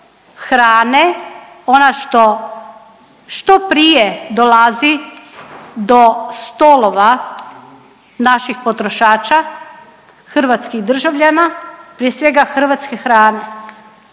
hrane, ona što, što prije dolazi do stolova naših potrošača hrvatskih državljana prije svega hrvatske hrane,